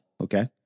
Okay